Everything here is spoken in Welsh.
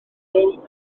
lerpwl